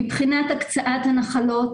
מבחינת הקצאת הנחלות,